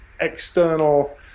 external